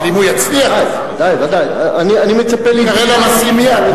אבל אם הוא יצליח, הוא ייקרא לנשיא מייד.